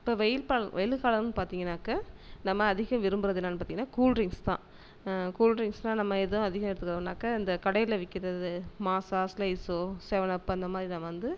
இப்போ வெயில் பல் வெயில் காலம்னு பார்த்தீங்கன்னாக்கா நம்ம அதிகம் விரும்புறது என்னான்னு பார்த்தீங்கன்னா கூல்ட்ரிங்ஸ் தான் கூல்ட்ரிங்ஸ்னா நம்ம எது அதிகம் எடுத்துக்கறோம்னாக்கா இந்த கடையில் விற்கிறது மாஸாக ஸ்லைஸோ செவன் அப் அந்த மாரி நம்ம வந்து